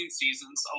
seasons